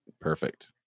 Perfect